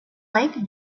lake